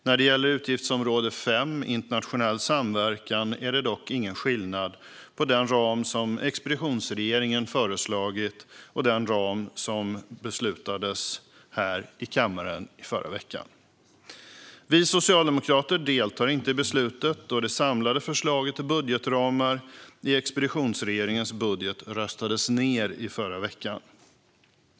När det gäller utgiftsområde 5 Internationell samverkan är det dock ingen skillnad mellan den ram som expeditionsregeringen föreslagit och den som beslutades om här i kammaren förra veckan. Fru talman! Vi socialdemokrater deltar inte i beslutet, då det samlade förslaget till budgetramar i expeditionsregeringens budget röstades ned förra veckan.